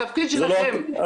התפקיד שלכם